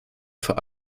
für